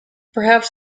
perhaps